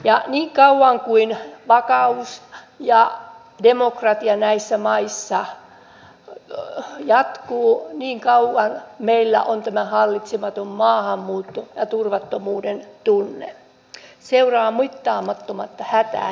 ja niin kauan kuin vakaus ja demokratia näissä maissa puuttuu niin kauan meillä on tämä hallitsematon maahanmuutto ja turvattomuuden tunne seuraa mittaamatonta hätää